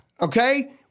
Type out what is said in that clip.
Okay